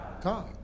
God